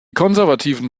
konservativen